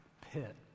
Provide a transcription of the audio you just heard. pit